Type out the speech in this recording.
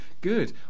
Good